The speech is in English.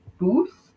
booth